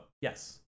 yes